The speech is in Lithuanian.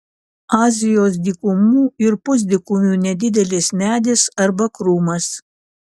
azijos dykumų ir pusdykumių nedidelis medis arba krūmas